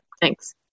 Thanks